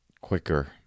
quicker